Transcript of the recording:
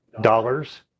dollars